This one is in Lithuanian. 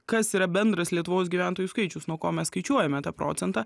kas yra bendras lietuvos gyventojų skaičius nuo ko mes skaičiuojame tą procentą